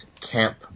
camp